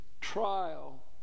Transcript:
trial